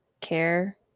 care